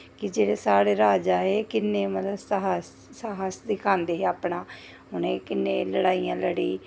कि जेह्ड़े साढ़े राजा हे कि'न्ने मतलब साहस दिखांदे हे अपना उ'नें कि'न्ने लड़ाइयां लड़ी